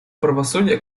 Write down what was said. правосудия